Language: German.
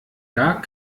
gar